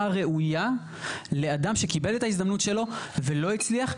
ראויה לאדם שקיבל את ההזדמנות שלו ולא הצליח,